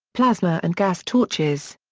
plasma and gas torches.